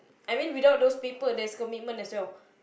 I mean without those paper there's commitment as well